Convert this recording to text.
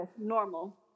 normal